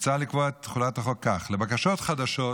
מוצע לקבוע את תחולת החוק כך: לבקשות חדשות,